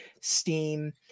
Steam